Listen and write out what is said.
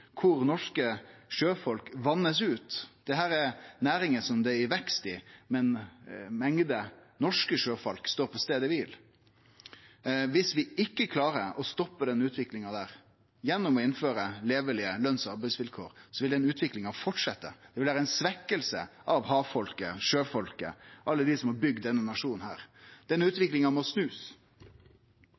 norske sjøfolk vert utvatna. Dette er næringar som det er vekst i, men mengda norske sjøfolk står på staden kvil. Viss vi ikkje klarer å stoppe den utviklinga gjennom å innføre levelege løns- og arbeidsvilkår, vil utviklinga fortsetje. Det vil vere ei svekking av havfolket, sjøfolket, alle dei som har bygd denne nasjonen. Denne utviklinga må